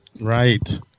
right